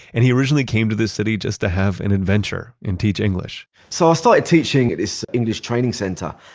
and he originally came to this city just to have an adventure, and teach english so i started teaching at this english training center.